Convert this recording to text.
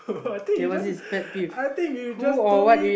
I think you just I think you just told me